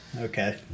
Okay